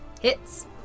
Hits